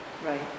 Right